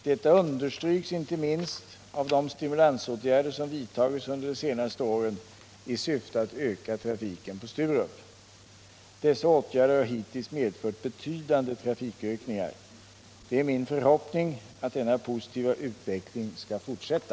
Detta understryks inte minst av de stimulansåtgärder som vidtagits under de senaste åren i syfte att öka trafiken på Sturup. Dessa åtgärder har hittills medfört betydande trafikökningar. Det är min förhoppning att denna positiva utveckling skall fortsätta.